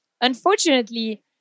unfortunately